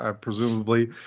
presumably